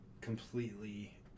completely